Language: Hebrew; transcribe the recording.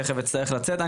אצטרך לצאת תכף.